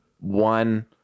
one